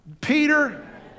Peter